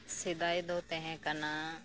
ᱥᱮᱫᱟᱭ ᱫᱚ ᱛᱟᱦᱮᱸ ᱠᱟᱱᱟ